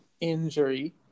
injury